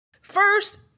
First